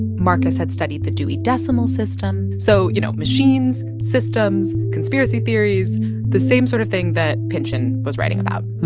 markus had studied the dewey decimal system. so, you know, machines, systems, conspiracy theories the same sort of thing that pynchon was writing about.